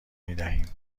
میدهیم